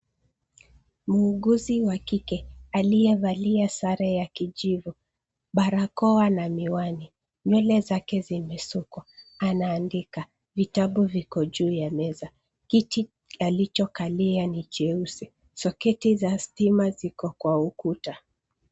Muuguzi wa kike aliyevalia sare ya kijivu, barakoa na miwani. Nywele zake zimesukwa. Anaandika, vitabu viko juu ya meza. Kiti alichokalia ni cheusi. Soketi za stima ziko kwa ukuta.